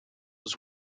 was